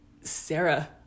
Sarah